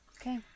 Okay